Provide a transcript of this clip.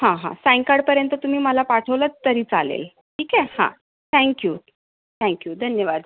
हां हां सायंकाळपर्यंत तुम्ही मला पाठवलंत तरी चालेल ठीक आहे हां थॅंक्यू थॅंक्यू धन्यवाद